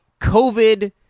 COVID